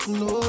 no